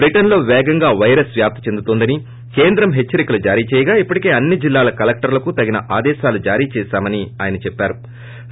Britain లో పేగంగా virus వ్యాప్తి చెందుతోందని కేంద్రం హెచ్చరికలు జారీ చేయగా ఇప్పటికే అన్ని జిల్లాల కలెక్లర్లకి తగిన ఆదేశాలు జారీ చేశామని ఆయన చెప్పారు